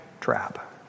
trap